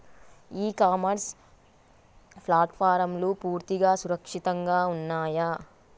ఇ commerce ప్లాట్ఫారమ్లు పూర్తిగా సురక్షితంగా ఉన్నయా?